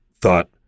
thought